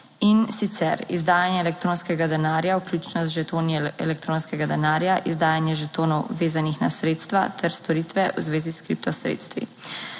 in sicer izdajanje elektronskega denarja, vključno z žetoni elektronskega denarja, izdajanje žetonov vezanih na sredstva ter storitve v zvezi s kripto sredstvi.